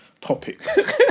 topics